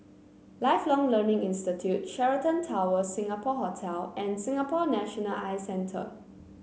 Lifelong Learning Institute Sheraton Towers Singapore Hotel and Singapore National Eye Centre